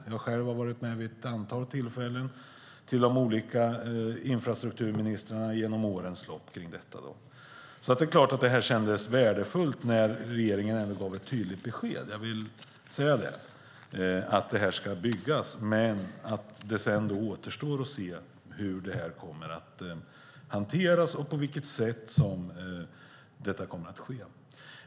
Jag har själv varit med vid ett antal tillfällen då vi har uppvaktat de olika infrastrukturministrarna under årens lopp. Det är klart att det kändes värdefullt när regeringen ändå gav ett tydligt besked om att detta ska byggas; det vill jag säga. Men det återstår att se hur detta kommer att hanteras och på vilket sätt det kommer att ske.